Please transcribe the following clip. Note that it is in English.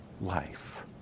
life